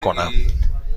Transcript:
کنم